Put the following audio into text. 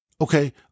okay